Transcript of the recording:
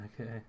Okay